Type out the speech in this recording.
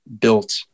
built